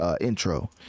intro